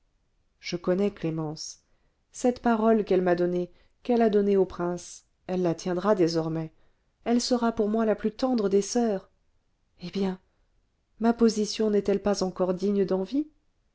je connais clémence cette parole qu'elle m'a donnée qu'elle a donnée au prince elle la tiendra désormais elle sera pour moi la plus tendre des soeurs eh bien ma position n'est-elle pas encore digne d'envie